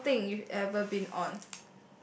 outing you ever been on